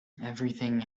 everything